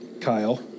Kyle